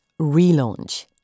relaunch